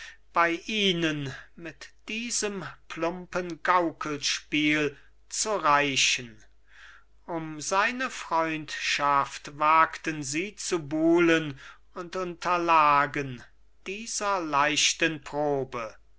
bei ihnen mit diesem plumpen gaukelspiel zu reichen um seine freundschaft wagten sie zu buhlen und unterlagen dieser leichten probe